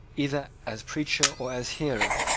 either as preacher or as hearer,